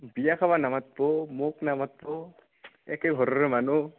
বিয়া খাবা নামতব মোক নামতব একে ঘৰৰ মানুহ